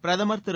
பிரதமர் திரு